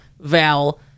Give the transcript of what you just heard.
Val